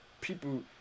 people